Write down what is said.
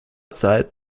zeit